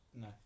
No